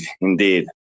indeed